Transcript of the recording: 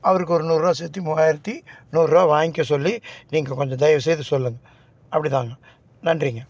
அவருக்கு ஒரு நூறுரூவா சேர்த்தி மூவாயிரத்தி நூறுரூவா வாங்கிக்க சொல்லி நீங்கள் கொஞ்சம் தயவு செய்து சொல்லுங்கள் அப்படி தாங்க நன்றிங்க